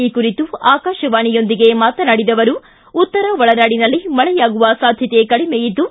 ಈ ಕುರಿತು ಆಕಾಶವಾಣಿಯೊಂದಿಗೆ ಮಾತನಾಡಿದ ಅವರು ಉತ್ತರ ಒಳನಾಡಿನಲ್ಲಿ ಮಳೆಯಾಗುವ ಸಾಧ್ಯತೆ ಕಡಿಮೆ ಇದ್ದು